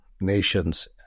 nations